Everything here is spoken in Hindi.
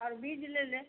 और बीज ले लें